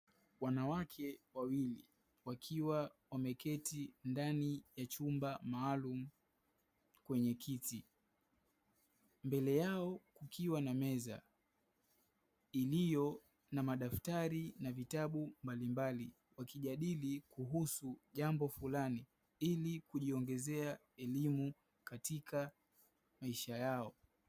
Wanawake wawili wakiwa wameketi ndani ya chumba maalumu kwenye kiti, mbele yao kukiwa na meza iliyo na madaftari na vitabu mbalimbali, wakijadili kuhusu jambo fulani, ili kujiongezea elimu katika maisha yao.